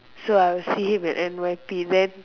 so I will see him at N_Y_P then